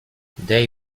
they